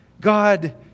God